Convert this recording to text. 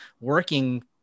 working